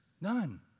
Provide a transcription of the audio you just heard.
none